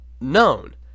Known